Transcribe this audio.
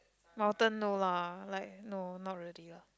mountain no lah like no not really lah